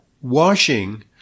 Washing